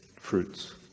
fruits